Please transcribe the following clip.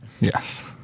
Yes